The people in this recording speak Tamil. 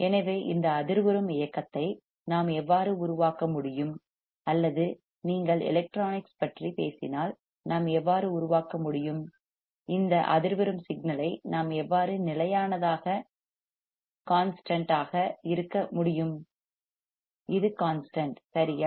எனவே இந்த அதிர்வுறும் இயக்கத்தை நாம் எவ்வாறு உருவாக்க முடியும் அல்லது நீங்கள் எலக்ட்ரானிக்ஸ் பற்றிப் பேசினால் நாம் எவ்வாறு உருவாக்க முடியும் இந்த அதிர்வுறும் சிக்னல் ஐ நாம் எவ்வாறு நிலையானதாக கான்ஸ்டன்ட் இருக்க முடியும் இது கான்ஸ்டன்ட் சரியா